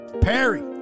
Perry